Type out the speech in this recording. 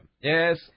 Yes